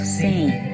seen